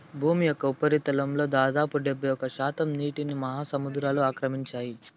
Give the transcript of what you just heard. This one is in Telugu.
భూమి యొక్క ఉపరితలంలో దాదాపు డెబ్బైఒక్క శాతం నీటిని మహాసముద్రాలు ఆక్రమించాయి